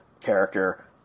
character